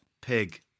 Pig